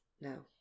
No